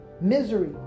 misery